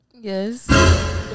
Yes